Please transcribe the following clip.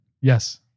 Yes